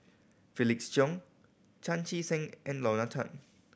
Felix Cheong Chan Chee Seng and Lorna Tan